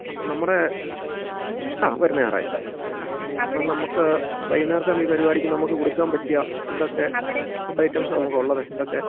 അപ്പോൾ നമ്മുടെ ആ വരുന്ന ഞായറാഴ്ച അപ്പം നമുക്ക് വൈകുന്നേരത്തെ ഈ പരിപാടിയ്ക്ക് നമുക്ക് കൊടുക്കാൻ പറ്റിയ എന്തൊക്കെ ഫുഡ് ഐറ്റംസാ നമുക്ക് ഉള്ളത് എന്തൊക്കെ